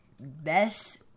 Best